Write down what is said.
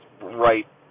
right